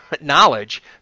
knowledge